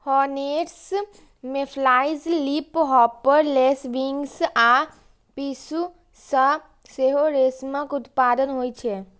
hornets, mayflies, leafhopper, lacewings आ पिस्सू सं सेहो रेशमक उत्पादन होइ छै